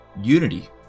unity